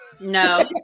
No